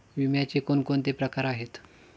विम्याचे कोणकोणते प्रकार आहेत?